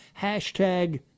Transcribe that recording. Hashtag